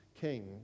king